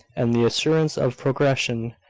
and the assurance of progression,